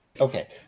Okay